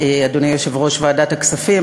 אדוני יושב-ראש ועדת הכספים.